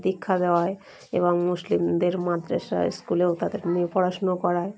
দীক্ষা দেওয়ায় এবং মুসলিমদের মাদ্রাসা স্কুলেও তাদের নিয়ে পড়াশুনো করায়